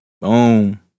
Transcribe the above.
Boom